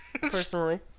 personally